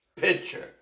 picture